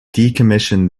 decommissioned